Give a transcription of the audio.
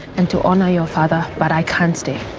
and to honor your father, but i can't stay.